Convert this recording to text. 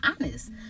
honest